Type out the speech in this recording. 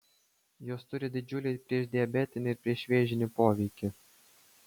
jos turi didžiulį priešdiabetinį ir priešvėžinį poveikį